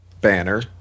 banner